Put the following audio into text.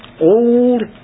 Old